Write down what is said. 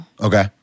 Okay